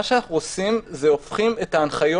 מה שאנחנו עושים, אנחנו הופכים את ההנחיות,